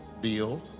Bill